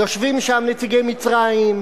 יושבים שם נציגי מצרים,